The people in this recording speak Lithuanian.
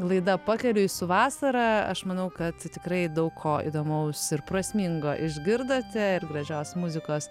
laida pakeliui su vasara aš manau kad tikrai daug ko įdomaus ir prasmingo išgirdote ir gražios muzikos